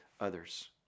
others